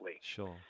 Sure